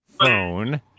phone